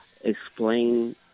explain